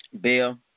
Bill